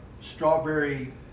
strawberry